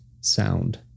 sound